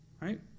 right